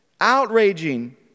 outraging